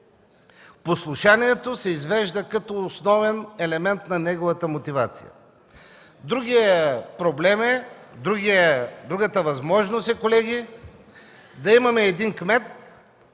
Послушанието се извежда като основен елемент на неговата мотивация. Другата възможност, колеги, е да имаме един кмет,